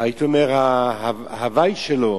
הייתי אומר, ההווי שלו